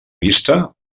vista